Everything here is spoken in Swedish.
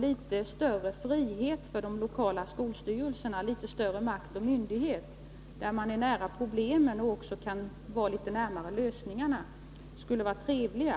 Litet större frihet för de lokala skolstyrelserna och litet mera makt Torsdagen den och myndighet för de människor som är nära problemen och lösningarna = 21 april 1983 skulle kunna vara trevligt.